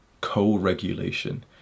co-regulation